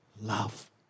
love